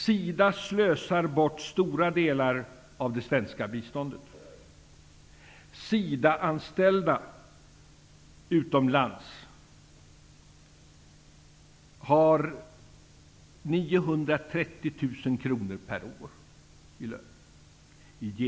''SIDA slösar bort stora delar av det svenska biståndet.'' ''Sidaanställda utomlands kostar i snitt 930 000 kr. per år.''